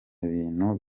bintu